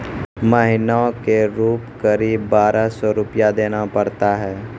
महीना के रूप क़रीब बारह सौ रु देना पड़ता है?